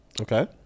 Okay